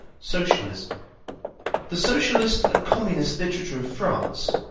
socialism the socialist and communist literature of france,